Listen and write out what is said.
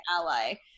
ally